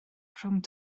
rhwng